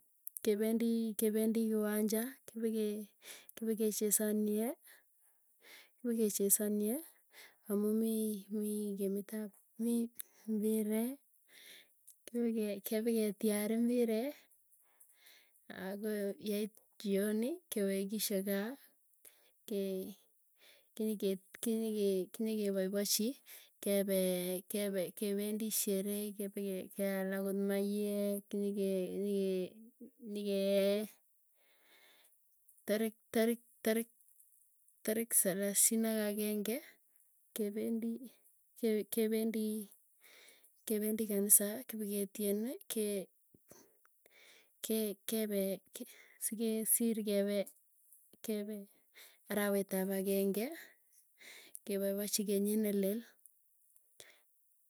Kependii kependii kiwanja kepekee, kepikee chesanye, kepekechesanye, amuu mii, mii game iit ap mii mpiree, kepeke kepeke tiar imbiree. Akoo yeit jioni kewekisye kaa, kee kenyiket kenyike kenyikepaipachi, kepee kepe kependii, sheree kepeke keal akot mayek kenyeke kenyeke, nyikee tarik tarik, tarik tarik salasin ak ageng'e kependi krpe kependi kanisa. Kipiketieni ke ke kepe ke sikee siir kepe kepe arawet ap ageng'e. Kepapachi kenyit nelel.